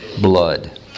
blood